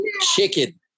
chicken